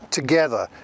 together